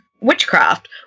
Witchcraft